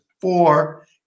four